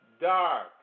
dark